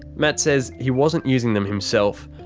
matt says he wasn't using them himself,